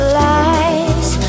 lies